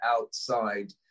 outside